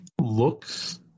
looks